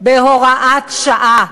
בהוראת שעה,